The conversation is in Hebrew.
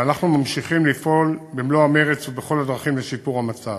ואנחנו ממשיכים לפעול במלוא המרץ ובכל הדרכים לשיפור המצב.